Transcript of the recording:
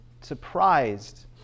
surprised